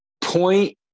Point